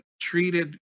treated